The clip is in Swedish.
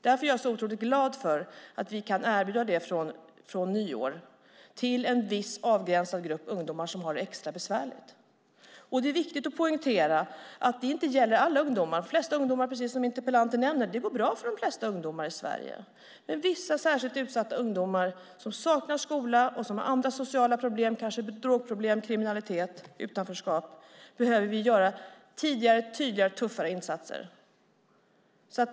Därför är jag så otroligt glad för att vi kan erbjuda detta från nyår till en viss avgränsad grupp ungdomar som har det extra besvärligt. Det är viktigt att poängtera att det här inte gäller alla ungdomar. Det går bra för de flesta ungdomar i Sverige, precis som interpellanten nämner. Men vissa särskilt utsatta ungdomar, som saknar skola och som har andra sociala problem, kanske drogproblem, kriminalitet och utanförskap, behöver vi göra tidigare, tydligare och tuffare insatser för.